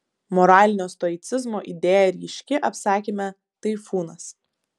moralinio stoicizmo idėja ryški apsakyme taifūnas